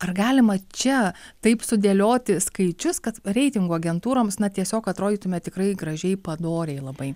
ar galima čia taip sudėlioti skaičius kad reitingų agentūroms na tiesiog atrodytume tikrai gražiai padoriai labai